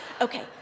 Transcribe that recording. Okay